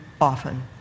often